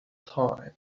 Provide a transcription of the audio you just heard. time